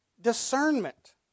discernment